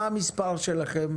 מה המספר שלכם?